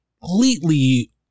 Completely